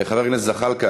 חבר הכנסת זחאלקה,